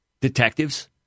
detectives